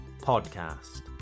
podcast